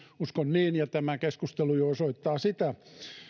uskon niin ja tämä keskustelu jo osoittaa sitä